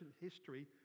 history